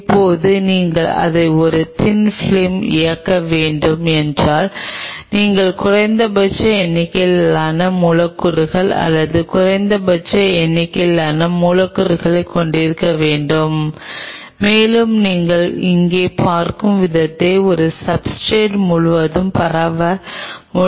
இப்போது நீங்கள் அதை ஒரு தின் பிலிம் இயக்க வேண்டும் என்றால் நீங்கள் குறைந்தபட்ச எண்ணிக்கையிலான மூலக்கூறுகள் அல்லது குறைந்தபட்ச எண்ணிக்கையிலான மூலக்கூறுகளைக் கொண்டிருக்க வேண்டும் மேலும் நீங்கள் இங்கே பார்க்கும் விதத்தில் அதை சப்ஸ்ர்டேட் முழுவதும் பரப்ப முடியும்